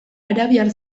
arabiar